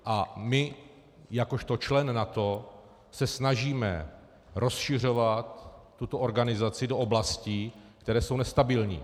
A my jakožto člen NATO se snažíme rozšiřovat tuto organizaci do oblastí, které jsou nestabilní.